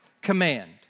command